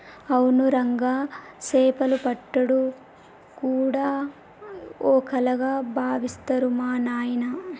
అవును రంగా సేపలు పట్టుడు గూడా ఓ కళగా బావిత్తరు మా నాయిన